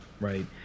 right